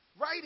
Right